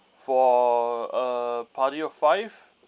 for a party of five